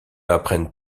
apprennent